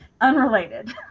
Unrelated